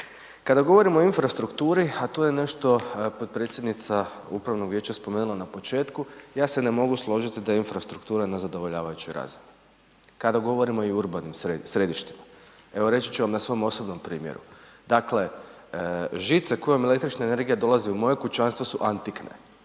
Kada govorimo o infrastrukturi, a to je nešto potpredsjednica Upravnog vijeća spomenula na početku, ja se ne mogu složiti da je infrastruktura na zadovoljavajućoj razini, kada govorimo i o urbanim središtima. Evo reći ću vam na svom osobnom primjeru. Dakle, žice kojom električna energija dolazi u moje kućanstvo su antikne.